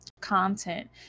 content